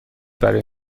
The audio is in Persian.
برای